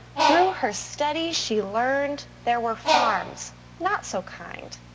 through her studies she learned there were farms not so kind.